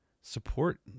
support